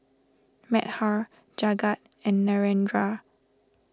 Medha Jagat and Narendra